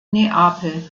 neapel